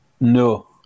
No